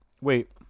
Wait